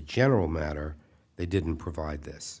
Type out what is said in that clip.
general matter they didn't provide this